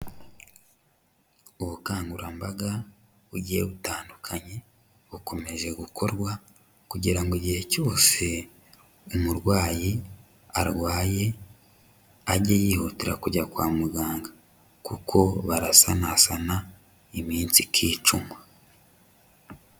Ubukangurambaga bugiye butandukanye bukomeje gukorwa kugira ngo igihe cyose umurwayi arwaye ajye yihutira kujya kwa muganga, kuko barasanasana iminsi ikicuma.